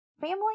Family